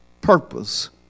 purpose